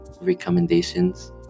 Recommendations